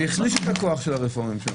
זה החליש את הכוח של הרפורמים.